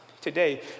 today